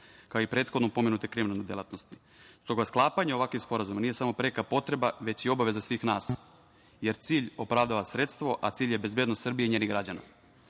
kao i prethodno pomenute kriminalne delatnosti.S toga, sklapanje ovakvih sporazuma nije samo preka potreba, već i obaveza svih nas, jer cilj opravdava sredstvo, a cilj je bezbednost Srbije i njenih građana.